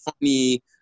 funny